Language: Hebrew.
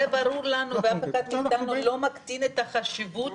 זה ברור לנו ואף אחד לא מקטין את החשיבות